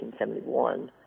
1971